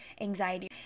anxiety